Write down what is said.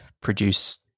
produce